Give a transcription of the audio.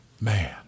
Man